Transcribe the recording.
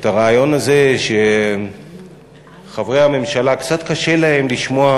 הרעיון הזה, שחברי הממשלה קצת קשה להם לשמוע